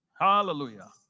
Hallelujah